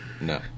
No